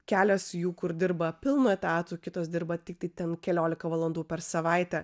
kelios jų kur dirba pilnu etatu kitos dirba tiktai ten keliolika valandų per savaitę